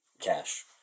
cash